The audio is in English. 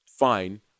fine